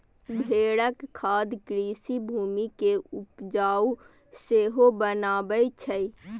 भेड़क खाद कृषि भूमि कें उपजाउ सेहो बनबै छै